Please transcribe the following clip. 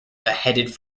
beheaded